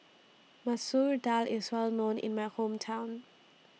Masoor Dal IS Well known in My Hometown